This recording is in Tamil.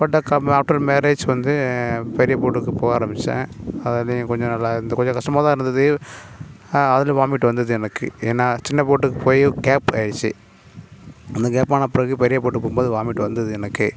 பட் ஆஃப்டர் மேரேஜ் வந்து பெரிய போட்டுக்கு போக ஆரம்பிச்சன் அதுலேயும் கொஞ்சம் நல்லா கொஞ்சம் கஷ்டமாகந்தான் இருந்துது அதில் வாமிட் வந்துது எனக்கு ஏன்னா சின்ன போட்டுக்கு போய் கேப் ஆகிருச்சி அந்த கேப் ஆனால் பிறகு பெரிய போட்க்கு போகும் போது வாமிட் வந்துது எனக்கு